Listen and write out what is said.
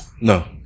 No